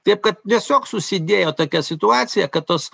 taip kad tiesiog susidėjo tokia situacija kad tos